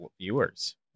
viewers